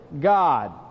God